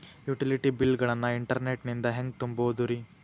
Utility bill ಗಳನ್ನ internet ನಿಂದ ಹೆಂಗ್ ತುಂಬೋದುರಿ?